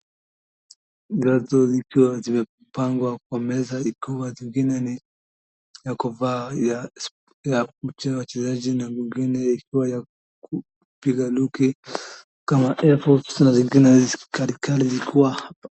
Viatu zikiwa zimepangwa kwa meza ikiwa zingine ni ya kuvaa ya ikiwa ni ya wachezaji ingine ikiwa ni ya kupiga duki kama Air force na zingine kali kali zikiwa.